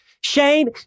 Shane